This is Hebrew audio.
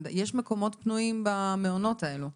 יש מקומות פנויים במקומות האלו.